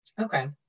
Okay